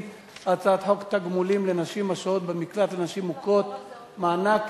אם אין הצעה אחרת אז אולי זה צריך פשוט לעבור לוועדה למעמד האשה.